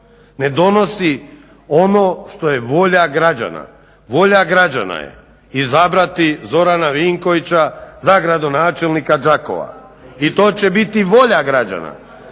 Ne donosi ono što je volja građana. Volja građana je izabrati Zorana Vinkovića za gradonačelnika Đakova i to će biti volja građana.